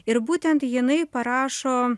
ir būtent jinai parašo